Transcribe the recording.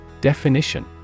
Definition